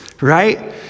right